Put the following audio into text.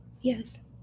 Yes